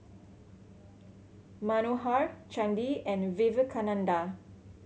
Manohar Chandi and Vivekananda